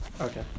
Okay